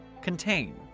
Contain